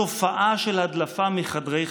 התופעה של הדלפות מחדרי חקירות,